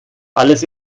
alles